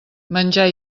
menjar